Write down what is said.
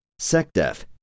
SecDef